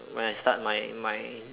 when I start my my